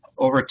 Over